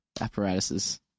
apparatuses